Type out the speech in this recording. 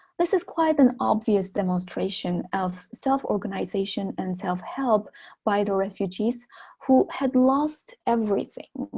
this is quite an obvious demonstration of self-organization and self-help by the refugees who had lost everything,